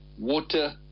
water